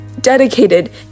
dedicated